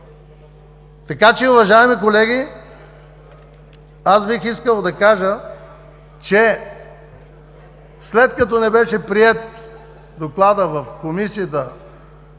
Уважаеми колеги, бих искал да кажа, че след като не беше приет Докладът в Комисията